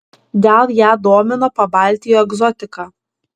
gal ją domino pabaltijo egzotika